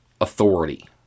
authority